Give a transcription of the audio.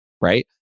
right